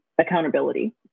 accountability